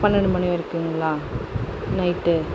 பன்னெண்டு மணி வரைக்குங்களா நைட்